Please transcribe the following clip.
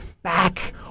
back